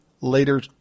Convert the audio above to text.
later